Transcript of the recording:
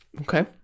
Okay